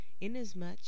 inasmuch